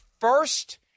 first